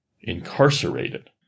incarcerated